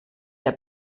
der